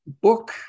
book